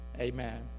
Amen